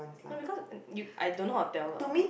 no because you I don't know how to tell lah